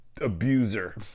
abuser